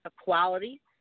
equality